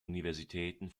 universitäten